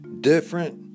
different